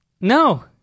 No